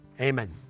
amen